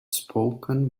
spoken